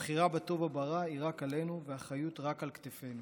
הבחירה בטוב או ברע היא רק עלינו והאחריות רק על כתפינו.